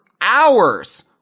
hours